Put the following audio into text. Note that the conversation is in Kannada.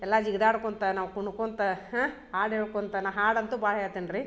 ಎಲ್ಲ ಜಿಗಿದಾಡ್ಕೊಳ್ತಾ ನಾವು ಕುಣುಕೊಳ್ತಾ ಹಾಡು ಹೇಳ್ಕೊಳ್ತಾ ನಾ ಹಾಡಾಂತು ಭಾಳ್ ಹೇಳ್ತೀನ್ರಿ